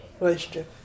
relationship